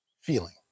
feeling